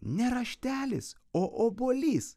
ne raštelis o obuolys